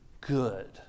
good